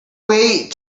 wait